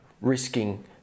risking